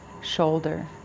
Shoulder